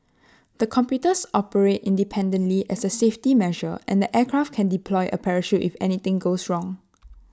the computers operate independently as A safety measure and the aircraft can deploy A parachute if anything goes wrong